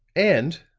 and,